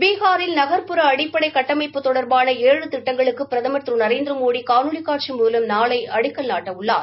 பீனாில் நன்புற அடிப்படை கட்டமைப்பு தொடர்பான ஏழு திட்டங்களுக்கு பிரதமர் திரு நரேந்திரமோடி காணொலி காட்சி மூலம் நாளை அடிக்கல் நாட்டவுள்ளார்